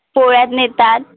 पोळ्यात नेतात